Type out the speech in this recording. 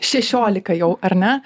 šešiolika jau ar ne